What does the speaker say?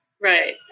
Right